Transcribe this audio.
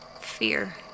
Fear